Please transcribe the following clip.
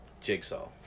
jigsaw